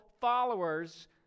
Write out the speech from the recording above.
followers